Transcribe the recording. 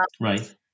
right